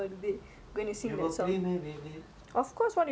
isn't it like way past your generation